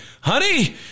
honey